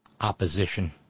opposition